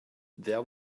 there